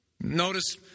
Notice